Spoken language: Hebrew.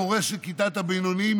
המורה של כיתת הבינוניים,